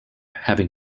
having